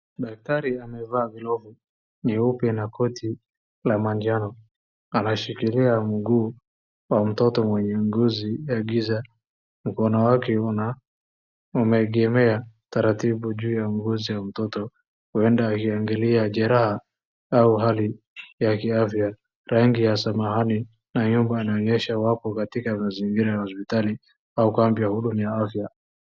Daktari amevaa glovu nyeupe na koti la manjano. Anashikilia mguu wa mtoto mwenye ngozi ya giza. Mkono wake una umeegemea taratibu juu ya ngozi ya mtoto. Huenda akiangalia jeraha au hali ya kiafya. Rangi ya samahani na nyumba inaonyesha wako katika mazingira ya hospitali au kambi ya huduma ya afya.